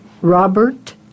Robert